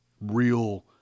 real